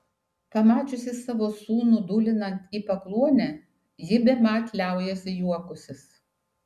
pamačiusi savo sūnų dūlinant į pakluonę ji bemat liaujasi juokusis